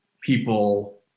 people